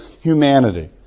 humanity